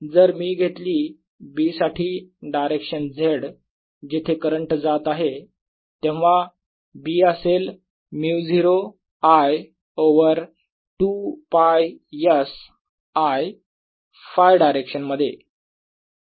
जर मी घेतली B साठी डायरेक्शन z जिथे करंट जात आहे तेव्हा B असेल μ0 I over 2 π s I Φ direction मध्ये